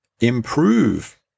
improve